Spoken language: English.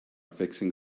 fixing